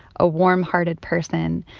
a warm-hearted person.